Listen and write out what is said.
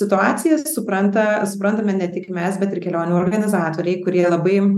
situacijas supranta suprantame ne tik mes bet ir kelionių organizatoriai kurie labai